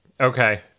Okay